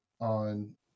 on